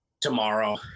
tomorrow